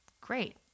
great